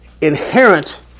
Inherent